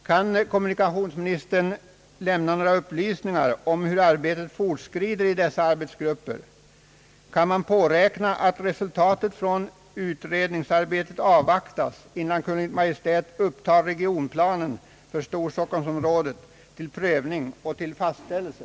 Kan kommunikationsministern lämna några upplysningar om hur arbetet fortskrider i dessa arbetsgrupper? Kan man påräkna att resultatet av utredningsarbetet avvaktas innan Kungl. Maj:t upptar regionplanen för storstockholmsområdet till prövning och fastställande?